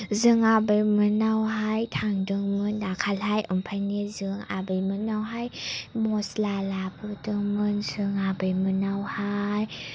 जों आबै मोननावहाय थांदोंमोन दाखालिहाय ओमफ्राय जों आबै मोननावहाय मस्ला लाबोदोंमोन जों आबै मोननावहाय